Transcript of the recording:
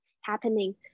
happening